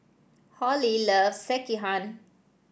Holly loves Sekihan